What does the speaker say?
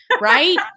Right